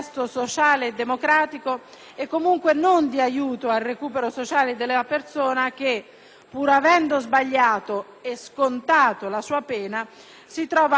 pur avendo sbagliato e scontato la sua pena, si trova privata di importanti diritti quali, ad esempio, quello dell'elettorato attivo.